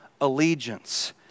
allegiance